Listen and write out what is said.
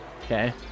Okay